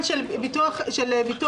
חמישה מיליון שקלים לשתי קרנות.